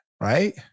right